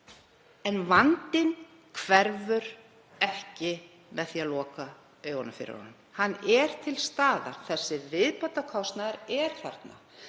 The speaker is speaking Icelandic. En vandinn hverfur ekki með því að loka augunum fyrir honum. Hann er til staðar. Þessi viðbótarkostnaður er þarna.